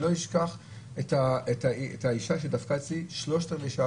לא אשכח את האישה שדפקה אצלי שלושת רבעי שעה